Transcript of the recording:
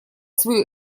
свою